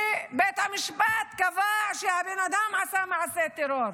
ובית המשפט קבע שהבן אדם עשה מעשה טרור,